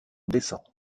décembre